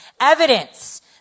evidence